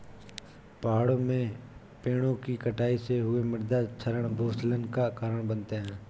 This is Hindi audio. पहाड़ों में पेड़ों कि कटाई से हुए मृदा क्षरण भूस्खलन का कारण बनते हैं